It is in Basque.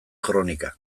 kronika